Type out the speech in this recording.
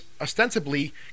ostensibly